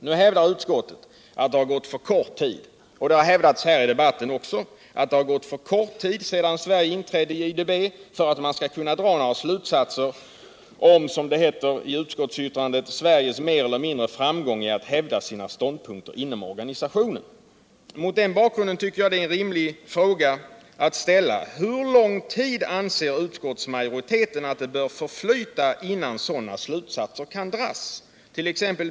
Nu hävdar utskottet — och detta har hävdats i debatten här också — att det har gått alltför kort tid sedan Sverige inträdde i IDB för att man skulle kunna dra några slutsatser, som det heter i utskottsyttrandet, ”om Sveriges mer eller mindre framgång i att hävda sina ståndpunkter inom organisationen”. Mot den bakgrunden tycker jag det är rimligt att fråga: Hur lång tid anser utskoltsmajoriteten bör förflyta innan sådana slutsatser kan dras?